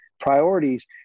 Priorities